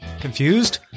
Confused